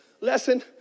lesson